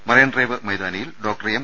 marine Drive മൈതാനിയിൽ doctor M